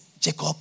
Jacob